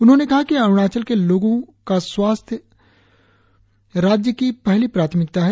उन्होंने कहा कि अरूणाचल के लोगों का स्वस्थ रहना राज्य की पहली प्राथमिकता है